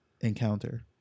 encounter